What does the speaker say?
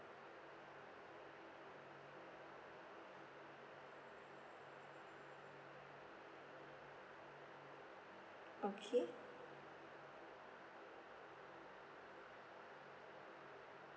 okay